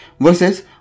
versus